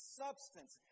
substance